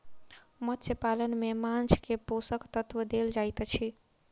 मत्स्य पालन में माँछ के पोषक तत्व देल जाइत अछि